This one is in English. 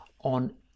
on